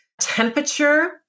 temperature